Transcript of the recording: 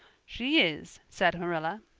she is, said marilla,